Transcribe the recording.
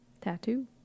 Tattoo